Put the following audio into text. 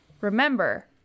remember